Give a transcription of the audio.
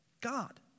God